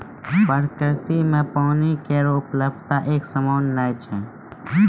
प्रकृति म पानी केरो उपलब्धता एकसमान नै छै